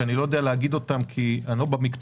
שאני לא יודע להגיד אותם כי אני לא במקצוע,